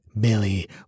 Billy